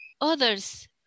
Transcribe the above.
Others